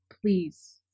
please